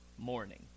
morning